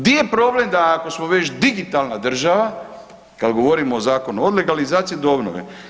Di je problem da ako smo već digitalna država kad govorimo o zakonu od legalizacije do obnove.